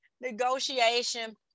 negotiation